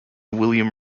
william